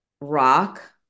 Rock